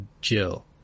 Jill